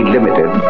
Limited